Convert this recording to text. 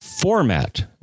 format